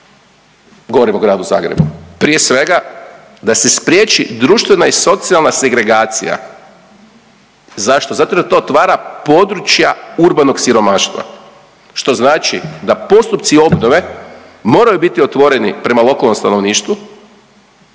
govorim o gradu Zagrebu? Prije svega, da se spriječi društvena i socijalna segregacija. Zašto? Zato jer to otvara područja urbanog siromaštva što znači da postupci obnove moraju biti otvoreni prema lokalnom stanovništvu,